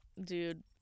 dude